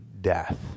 death